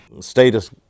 status